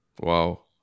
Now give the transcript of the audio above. Wow